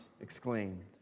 exclaimed